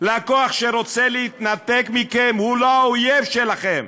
לקוח שרוצה להתנתק מכם הוא לא האויב שלכם.